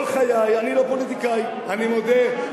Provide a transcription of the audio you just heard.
אני לא פוליטיקאי, אני מודה.